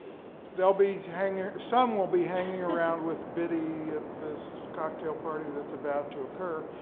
there'll be two hangar, some will be hanging around with betty at this cocktail party that's about to occur.